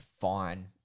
fine